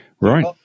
Right